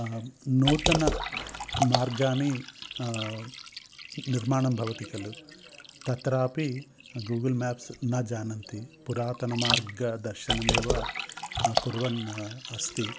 नूतन मार्गः निर्माणं भवति खलु तत्रापि गूगल् मेप्स् न जानन्ति पुरातन मार्गदर्शनमेव कुर्वन् अस्ति